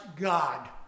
God